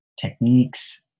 techniques